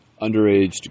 underaged